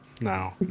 no